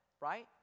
right